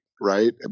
Right